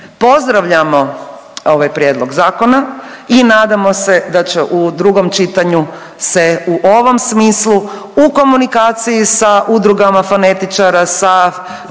Pozdravljamo ovaj prijedlog zakona i nadamo se da će u drugom čitanju se u ovom smislu u komunikaciji sa udrugama fonetičara, sa odsjekom